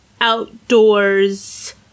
outdoors